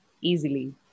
easily